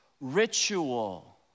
ritual